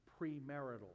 premarital